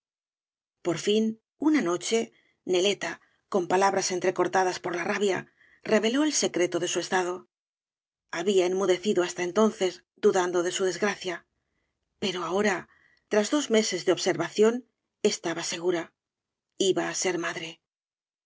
por fin una noche neleta con palabras entrecortadas por la rabia reveló el secreto de su estado había en mudecido hasta entonces dudando de su desgracia pero ahora tras dos meses de observación estaba segura iba á ser madre